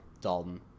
dalton